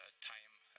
ah time